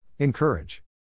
Encourage